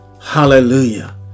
Hallelujah